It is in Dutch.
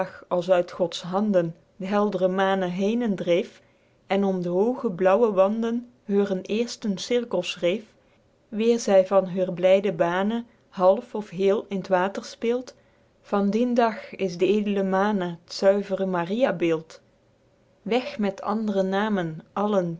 als uit gods handen d'heldre mane henen dreef en om d'hooge blauwe wanden heuren eersten cirkel schreef guido gezelle vlaemsche dichtoefeningen weêr zy van heur blyde bane half of heel in t water speelt van dien dage is de eedle mane t zuivere mariabeeld weg met andre namen